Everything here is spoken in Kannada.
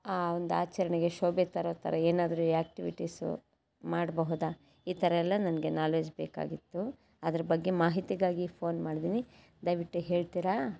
ಆ ಒಂದು ಆಚರಣೆಗೆ ಶೋಭೆ ತರೋ ಥರ ಏನಾದ್ರೂ ಯಾಕ್ಟಿವಿಟೀಸು ಮಾಡಬಹುದಾ ಈ ಥರ ಎಲ್ಲ ನನಗೆ ನಾಲೇಜ್ ಬೇಕಾಗಿತ್ತು ಅದ್ರ ಬಗ್ಗೆ ಮಾಹಿತಿಗಾಗಿ ಫೋನ್ ಮಾಡಿದ್ದೀನಿ ದಯವಿಟ್ಟು ಹೇಳ್ತಿರಾ